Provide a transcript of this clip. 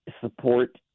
support